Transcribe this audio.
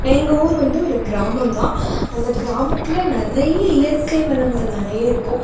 எங்க ஊர் வந்து ஒரு கிராமந்தான் அந்த கிராமத்தில் நிறைய இயற்கை வளங்கள் நிறைய இருக்கும்